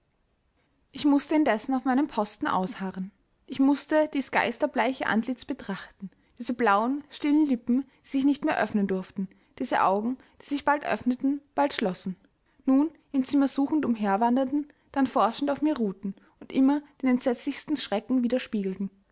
ich mußte indessen auf meinem posten ausharren ich mußte dies geisterbleiche antlitz betrachten diese blauen stillen lippen die sich nicht mehr öffnen durften diese augen die sich bald öffneten bald schlossen nun im zimmer suchend umherwanderten dann forschend auf mir ruhten und immer den entsetzlichsten schrecken wiederspiegelten